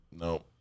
No